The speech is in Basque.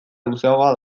luzeagoa